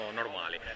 normali